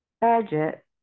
budget